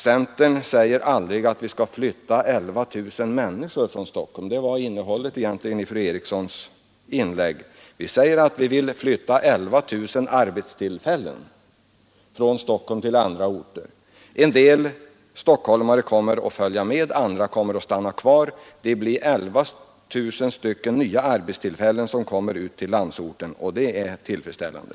Centern ser inte verksutflyttningen som en flyttning av 11 000 människor från Stockholm. Det primära är att flytta arbetstillfällen. En del stockholmare kommer att följa med, andra kommer att stanna kvar. Det blir 11 000 nya arbetstillfällen i landsorten, och det är tillfredsställande.